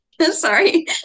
Sorry